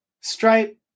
Stripe